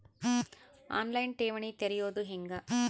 On line ಠೇವಣಿ ತೆರೆಯೋದು ಹೆಂಗ?